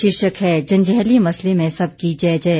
शीर्षक है जंजैहली मसले में सबकी जय जय